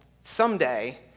someday